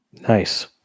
Nice